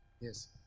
Yes